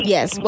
Yes